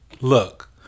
Look